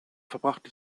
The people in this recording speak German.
verbrachte